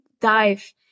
dive